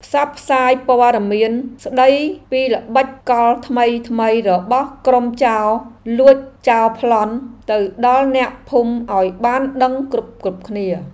ផ្សព្វផ្សាយព័ត៌មានស្តីពីល្បិចកលថ្មីៗរបស់ក្រុមចោរលួចចោរប្លន់ទៅដល់អ្នកភូមិឱ្យបានដឹងគ្រប់ៗគ្នា។